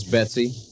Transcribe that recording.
Betsy